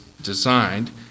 designed